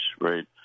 right